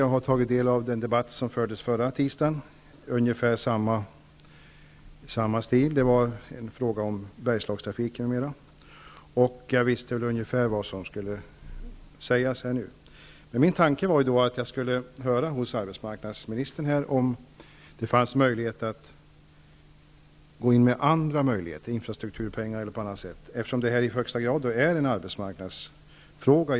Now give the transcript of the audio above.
Jag har tagit del av den debatt som fördes förra tisdagen i ungefär samma stil. Frågan då gällde Bergslagstrafiken m.m. Jag visste därför ungefär vad som skulle sägas här i dag. Min tanke var att höra med arbetsmarknadsministern om det fanns möjlighet att gå in med andra satsningar, med exempelvis infrastrukturpengar, eftersom det här i Örnsköldsvikstrakten i högsta grad är en arbetsmarknadsfråga.